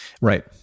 Right